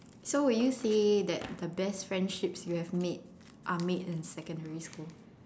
so will you say that the best friendships you have made are made in secondary school